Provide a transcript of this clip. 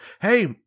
Hey